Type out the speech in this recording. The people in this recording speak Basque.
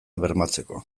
bermatzeko